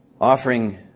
Offering